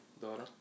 daughter